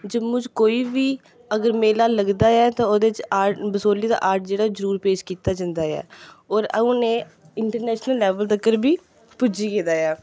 जम्मू च कोई बी अगर मेला लगदा ऐ तां ओह्दे च आर्ट बसोह्ली दा आर्ट जेह्ड़ा जरूर पेश कीता जंदा ऐ होर हुन एह् इंटरनैशनल लेवल तक्कर बी पुज्जी गेदा ऐ